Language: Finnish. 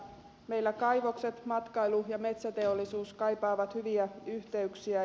meillä kaivokset matkailu ja metsäteollisuus kaipaavat hyviä yhteyksiä